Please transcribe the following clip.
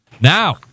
Now